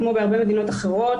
כמו בהרבה מדינות אחרות,